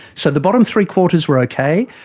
so the bottom three-quarters were okay.